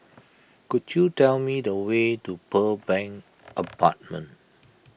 could you tell me the way to Pearl Bank Apartment